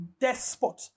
despot